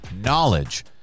knowledge